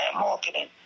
marketing